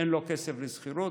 אין לו כסף לשכירות,